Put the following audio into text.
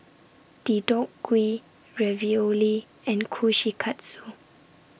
Deodeok Gui Ravioli and Kushikatsu